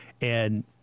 and-